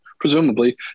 presumably